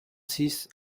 six